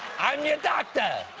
i'm your doctor,